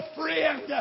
friend